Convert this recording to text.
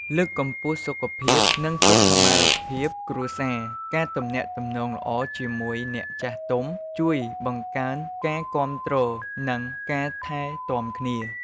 លើកកម្ពស់សុខភាព និងសុខុមាលភាពគ្រួសារ ការទំនាក់ទំនងល្អជាមួយអ្នកចាស់ទុំជួយបង្កើនការគាំទ្រនិងការថែទាំគ្នា។